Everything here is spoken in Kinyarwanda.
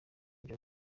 guha